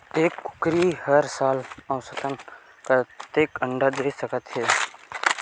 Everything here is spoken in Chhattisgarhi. एक कुकरी हर साल औसतन कतेक अंडा दे सकत हे?